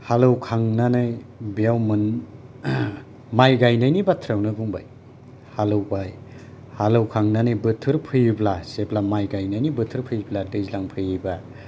hello खांनानै बियाव मोनो माइ गायनायनि बाथ्रायावनो बुंबाय हालौबाय हालौखांनानै बोथोरफैयोब्ला जेब्ला माइ गायनायनि बोथोर फैयैब्ला दैलां फैयोब्ला